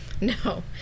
No